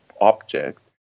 object